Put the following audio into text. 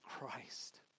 Christ